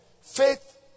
Faith